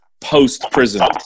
post-prison